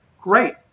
Great